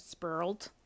spurled